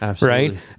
Right